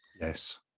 Yes